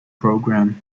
program